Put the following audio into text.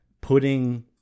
putting